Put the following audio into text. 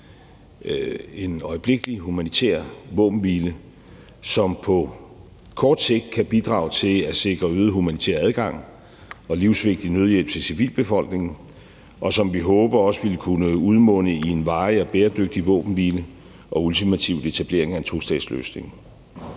en øjeblikkelig humanitær våbenhvile, som på kort sigt kan bidrage til at sikre øget humanitær adgang og livsvigtig nødhjælp til civilbefolkningen, og som vi håber også vil kunne udmunde i en varig og bæredygtig våbenhvile og ultimativt etableringen af en tostatsløsning.